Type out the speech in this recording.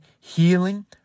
healing